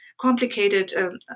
complicated